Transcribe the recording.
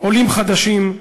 עולים חדשים,